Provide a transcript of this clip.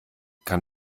kann